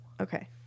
Okay